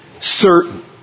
certain